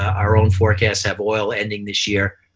our own forecasts have oil ending this year,